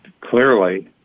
clearly